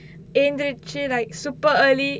எந்திருச்சி:enthiruchi like super early